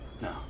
No